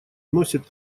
носит